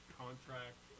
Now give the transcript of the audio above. contract